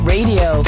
Radio